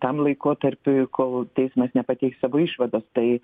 tam laikotarpiui kol teismas nepateiks savo išvados tai